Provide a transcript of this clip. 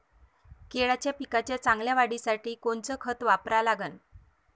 केळाच्या पिकाच्या चांगल्या वाढीसाठी कोनचं खत वापरा लागन?